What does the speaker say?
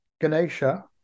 Ganesha